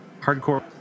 Hardcore